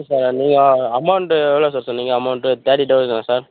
sir நீங்கள் amount எவ்ளோ sir சொன்னீங்கள் அமௌண்டுு தேர்ட்டி தௌசண்டா சார்